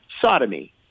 sodomy